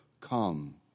Come